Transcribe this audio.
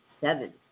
Seven